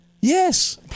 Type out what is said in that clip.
Yes